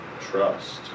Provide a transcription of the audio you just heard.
trust